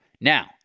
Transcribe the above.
Now